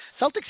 Celtics